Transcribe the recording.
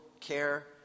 care